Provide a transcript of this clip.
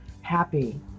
happy